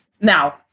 Now